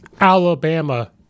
Alabama